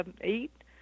eight